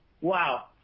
Wow